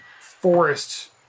forest